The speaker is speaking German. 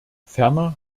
ferner